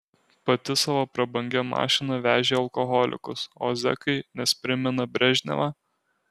pati savo prabangia mašina vežė alkoholikus o zekai nes primena brežnevą